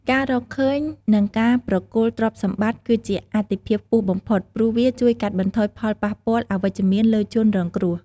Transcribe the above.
ការរកឃើញ និងការប្រគល់ទ្រព្យសម្បត្តិគឺជាអាទិភាពខ្ពស់បំផុត ព្រោះវាជួយកាត់បន្ថយផលប៉ះពាល់អវិជ្ជមានលើជនរងគ្រោះ។